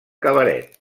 cabaret